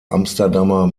amsterdamer